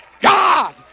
God